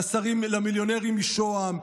למיליונרים משוהם,